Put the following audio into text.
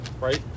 right